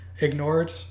ignored